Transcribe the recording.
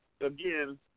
again